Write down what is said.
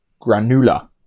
granula